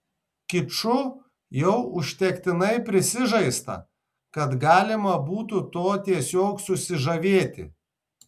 kiču jau užtektinai prisižaista kad galima būtų tuo tiesiog susižavėti